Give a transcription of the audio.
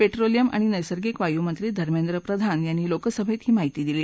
petroleum आणि नस्तर्गिक वायू मंत्री धर्मेंद्र प्रधान यांनी लोकसभेत ही माहिती दिली